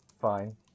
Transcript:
fine